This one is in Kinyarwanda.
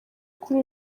kuri